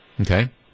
Okay